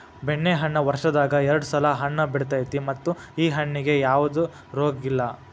ಬೆಣ್ಣೆಹಣ್ಣ ವರ್ಷದಾಗ ಎರ್ಡ್ ಸಲಾ ಹಣ್ಣ ಬಿಡತೈತಿ ಮತ್ತ ಈ ಹಣ್ಣಿಗೆ ಯಾವ್ದ ರೋಗಿಲ್ಲ